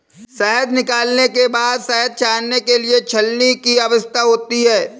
शहद निकालने के बाद शहद छानने के लिए छलनी की आवश्यकता होती है